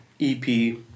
EP